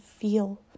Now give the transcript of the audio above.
feel